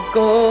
go